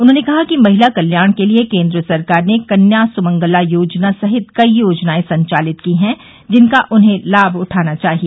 उन्होंने कहा कि महिला कल्याण के लिये केन्द्र सरकार ने कन्या सुमंगला योजना सहित कई योजनाए संचालित की हैं जिनका उन्हें लाभ उठाना चाहिए